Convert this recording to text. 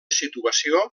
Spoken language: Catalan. situació